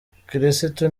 abakiristu